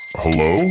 hello